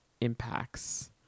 impacts